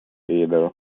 either